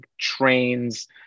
trains